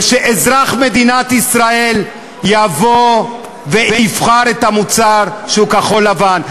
ושאזרח מדינת ישראל יבוא ויבחר את המוצר שהוא כחול-לבן.